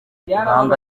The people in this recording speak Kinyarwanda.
ibanga